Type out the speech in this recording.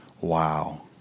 Wow